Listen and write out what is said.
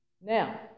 Now